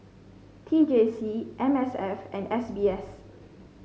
T J C M S F and S B S